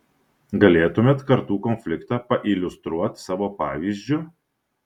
galėtumėt kartų konfliktą pailiustruot savo pavyzdžiu